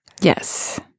Yes